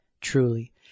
Truly